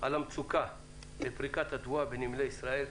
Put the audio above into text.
על המצוקה של פריקת התבואה בנמלי ישראל.